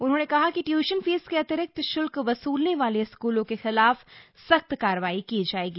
उन्होंने कहा कि ट्यूशन फीस के अतिरिक्त शुल्क वसूलने वाले स्कूलों के खिलाफ कार्रवाई की जाएगी